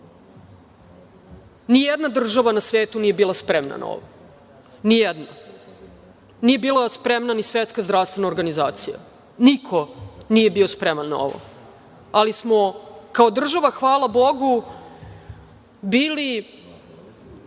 nijedna država na svetu nije bila spremna na ovo, nijedna. Nije bila spremna ni Svetska zdravstvena organizacija. Niko nije bio spreman na ovo, ali smo kao država, hvala Bogu, bili